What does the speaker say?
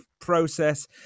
process